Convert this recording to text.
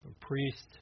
priest